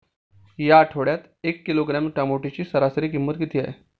या आठवड्यात एक किलोग्रॅम टोमॅटोची सरासरी किंमत किती आहे?